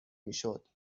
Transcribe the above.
میشد